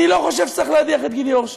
אני לא חושב שצריך להדיח את גידי אורשר,